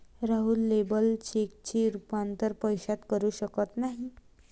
Rahul labour चेकचे रूपांतर पैशात करू शकत नाही